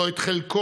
לא את חלקו,